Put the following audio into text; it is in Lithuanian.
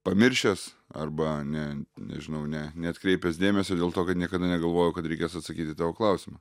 pamiršęs arba ne nežinau ne neatkreipęs dėmesio dėl to kad niekada negalvojau kad reikės atsakyt į tavo klausimą